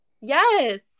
Yes